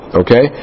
okay